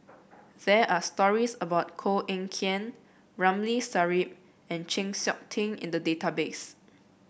there are stories about Koh Eng Kian Ramli Sarip and Chng Seok Tin in the database